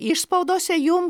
išspaudose jum